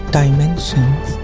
dimensions